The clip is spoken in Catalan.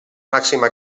màxima